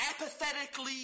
apathetically